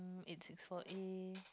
it's it's four A_M